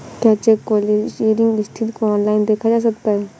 क्या cheque clearing स्थिति को ऑनलाइन देखा जा सकता है?